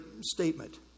statement